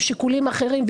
שיקולים אחרים,